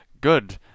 good